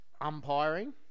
umpiring